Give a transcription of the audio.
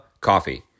Coffee